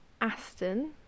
Aston